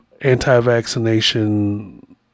anti-vaccination